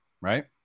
right